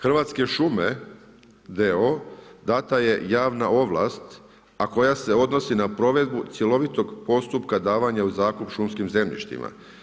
Hrvatske šume d.o.o., dana je javna ovlast, a koja se odnosi na provedbu cjelovitog postupka davanja u zakup šumskim zemljištima.